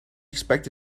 expected